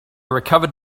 recovered